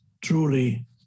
truly